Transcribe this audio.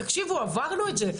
תקשיבו עברנו את זה,